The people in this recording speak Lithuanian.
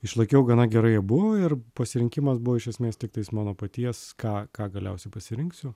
išlaikiau gana gerai abu ir pasirinkimas buvo iš esmės tiktais mano paties ką ką galiausiai pasirinksiu